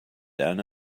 down